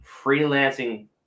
freelancing